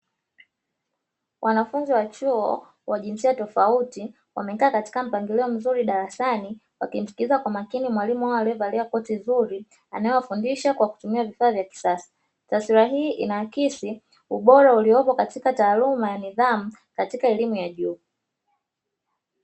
Wanafunzi wa chuo wa jinsia tofauti, wamekaa katika mpangilio mzuri darasani wakimsikiliza kwa makini mwalimu wao aliyevalia koti zuri, anayewafundisha kwa kutumia vifaa vya kisasa. Taswira hii inaakisi ubora uliopo katika taaluma ya nidhamu katika elimu ya juu.